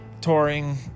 touring